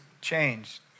changed